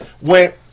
went